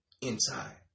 inside